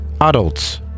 adults